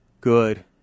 good